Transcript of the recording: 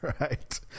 Right